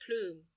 plume